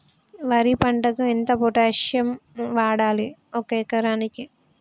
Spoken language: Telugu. వరి పంటకు ఎంత పొటాషియం వాడాలి ఒక ఎకరానికి?